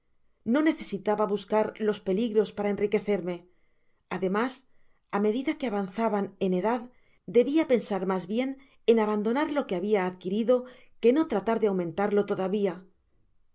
ne necesitaba bascar los peligros para enriquecerme ademas á medida que avanzaban en edad debia pensar mas bien en abandonar lo que habia adquirido que no tratar de aumentarlo todavia